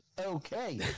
Okay